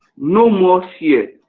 no more fear,